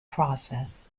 process